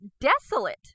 desolate